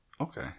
Okay